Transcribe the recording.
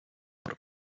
про